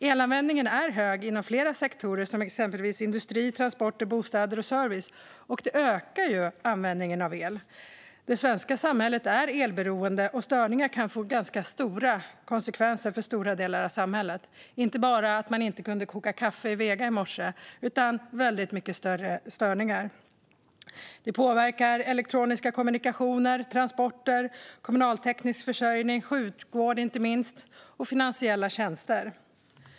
Elanvändningen är hög inom flera sektorer, exempelvis industri, transporter, bostäder och service, och elanvändningen ökar. Det svenska samhället är elberoende, och störningar kan få ganska stora konsekvenser för stora delar av samhället. Det handlar om långt större störningar än att man inte kunde koka kaffe i Vega i morse. Störningar påverkar elektroniska kommunikationer, transporter, kommunalteknisk försörjning, sjukvård och finansiella tjänster.